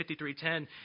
53.10